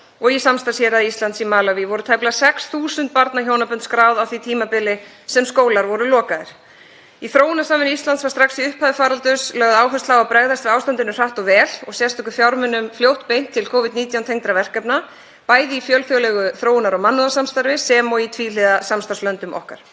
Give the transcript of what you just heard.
og í samstarfshéraði Íslands í Malaví voru tæplega 6.000 barnahjónabönd skráð á því tímabili sem skólar voru lokaðir. Í þróunarsamvinnu Íslands var strax í upphafi faraldurs lögð áhersla á að bregðast við ástandinu hratt og vel og var sérstökum fjármunum fljótt beint til Covid-19 tengdra verkefna, bæði í fjölþjóðlegu þróunar- og mannúðarsamstarfi sem og í tvíhliða samstarfslöndum okkar.